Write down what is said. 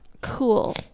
Cool